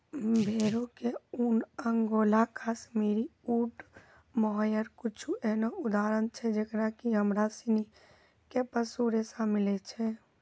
भेड़ो के ऊन, अंगोला, काश्मीरी, ऊंट, मोहायर कुछु एहनो उदाहरण छै जेकरा से हमरा सिनी के पशु रेशा मिलै छै